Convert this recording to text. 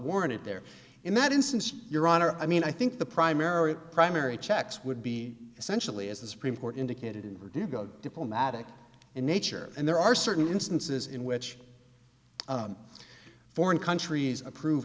warranted there in that instance your honor i mean i think the primary primary checks would be essentially as the supreme court indicated were do go diplomatic in nature and there are certain instances in which foreign countries approve